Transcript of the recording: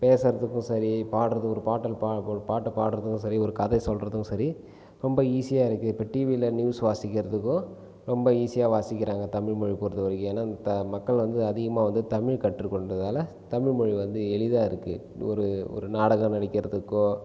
பேசுகிறதுக்கு சரி பாடுகிறது ஒரு பாடல் பா ஒரு பாட்டை பாடுகிறதுக்கும் சரி ஒரு கதை சொல்கிறதுக்கும் சரி ரொம்ப ஈஸியாக இருக்குது இப்போது டிவியில் நியூஸ் வாசிக்கிறதுக்கும் ரொம்ப ஈஸியாக வாசிக்கிறாங்க தமிழ் மொழி பொருத்த வரைக்கும் ஏன்னால் தான் மக்கள் வந்து அதிகமாக வந்து தமிழ் கற்றுக்கொண்டதால் தமிழ் மொழி வந்து எளிதாகருக்கு ஒரு ஒரு நாடகம் நடிக்கிறதுக்கோ